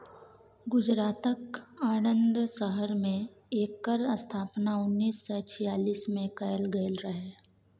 गुजरातक आणंद शहर मे एकर स्थापना उन्नैस सय छियालीस मे कएल गेल रहय